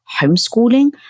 homeschooling